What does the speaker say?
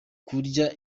kurya